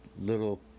little